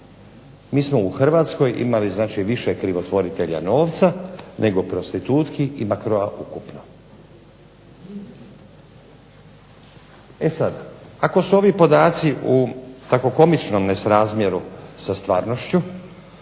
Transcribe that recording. Mi smo u Hrvatskoj imali znači više krivotvoritelja novca, nego prostitutki i makroa ukupno. E sad, ako su ovi podaci u tako komičnom nesrazmjeru sa stvarnošću,